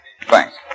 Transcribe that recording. Thanks